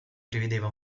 prevedeva